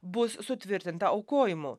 bus sutvirtinta aukojimu